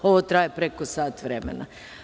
Ovo traje preko sat vremena.